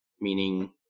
meaning